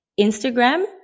Instagram